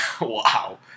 Wow